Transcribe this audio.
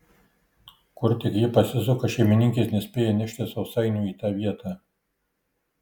kur tik ji pasisuka šeimininkės nespėja nešti sausainių į tą vietą